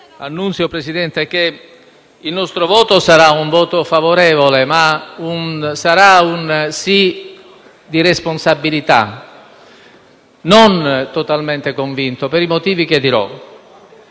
Signor Presidente, il nostro voto sarà favorevole, ma sarà un sì di responsabilità e non totalmente convinto, per i motivi che ora